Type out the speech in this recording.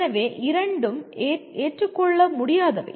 எனவே இரண்டும் ஏற்றுக்கொள்ள முடியாதவை